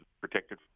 protected